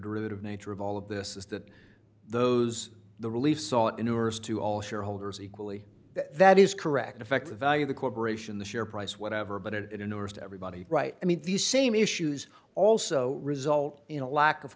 derivative nature of all of this is that those the relief saw insurers to all shareholders equally that is correct in effect the value of the corporation the share price whatever but it ignores everybody right i mean these same issues also result in a lack of